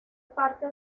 parte